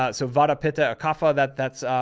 ah so vata pitta. kafa that? that's